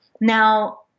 Now